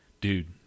dude